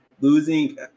losing